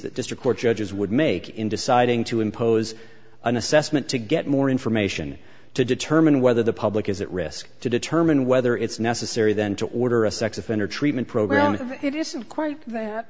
that district court judges would make in deciding to impose an assessment to get more information to determine whether the public is at risk to determine whether it's necessary then to order a sex offender treatment program if it isn't quite th